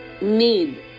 need